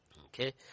Okay